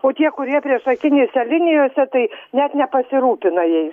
o tie kurie priešakinėse linijose tai net nepasirūpina jais